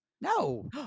No